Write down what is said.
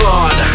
God